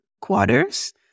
quarters